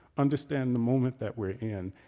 understand the moment that we're in,